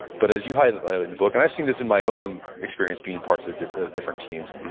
but as you highlighted in the book, and i've seen this in my own experience being parts of of different teams,